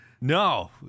No